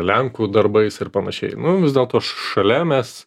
lenkų darbais ir panašiai nu vis dėlto šalia mes